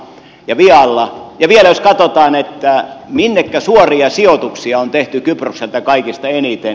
ja vielä jos katsotaan minnekä suoria sijoituksia on tehty kyprokselta kaikista eniten